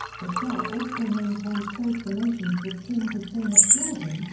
the shah also maintained close relations with king hussein of jordan,